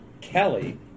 Kelly